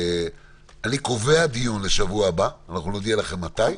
אני קובע דיון לשבוע הבא, נודיע לכם מתי.